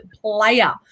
player